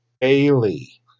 Bailey